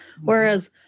Whereas